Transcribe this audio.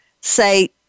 Say